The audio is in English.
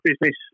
business